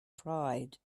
pride